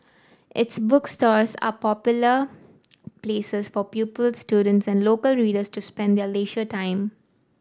its bookstores are popular places for pupils students and local readers to spend their leisure time